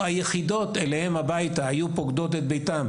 הן היחידות שהגיעו אליהם ופוקדות את ביתם.